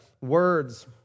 words